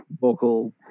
vocal